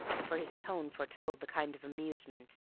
for his tone foretold the kind of amusement,